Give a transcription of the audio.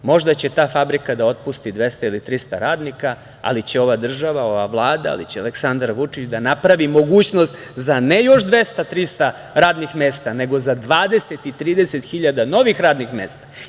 Možda će ta fabrika da otpusti 200 ili 300 radnika, ali će ova država, ova Vlada, ali će Aleksandar Vučić da napravi mogućnost za ne još 200, 300 radnih mesta, nego za 20 i 30 hiljada novih radnih mesta.